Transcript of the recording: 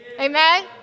Amen